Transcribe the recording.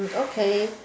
okay